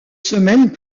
semaines